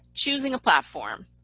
choosing a platform.